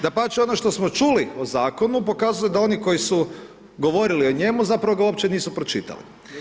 Dapače ono što smo čuli o zakonu pokazuje da oni koji su govorili o njemu zapravo ga uopće nisu pročitali.